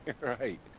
right